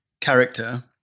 character